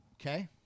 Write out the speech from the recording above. Okay